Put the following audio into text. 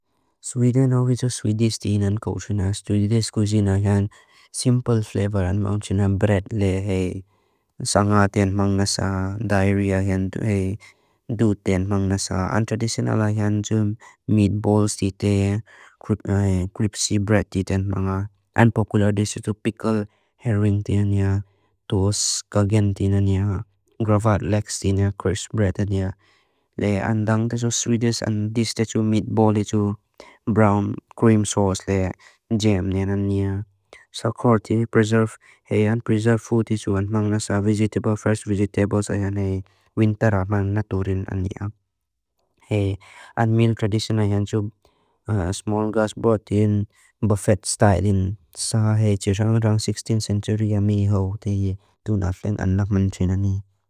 Sweden official swedish dinan couchina, swedish kusina han, simple flavoran mancina, bret le he, sanga din manga sa diarrhea hentu he, doot din manga sa untraditionala hentu, meatballs dite he, cripsy bread diten manga, unpopular disu tu pickle, herring dinan he, toos kagen dinan he, gravat legs dinan he, crisp bread dinan he, le andang disu swedish andis ditu meatball ditu, brown cream sauce le, jam dinan he, sakorti preserve he, unpreserved food ditu, unmang na sa vegetable, fresh vegetables ayan he, wintera mang naturin ayan he, he and meal traditional hentu, small grass bread dinan, buffet style dinan, saa he jirjang rang 16th century ami ho, dey do nothing and love mancina ni.